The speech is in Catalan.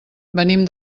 venim